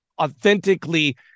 authentically